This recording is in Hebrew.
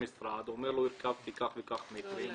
אומר לו: הרכבתי כך וכך מטרים,